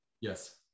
yes